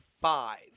five